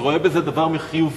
אני רואה בזה דבר חיובי.